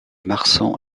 marsan